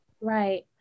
Right